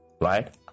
right